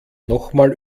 nochmal